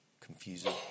confusing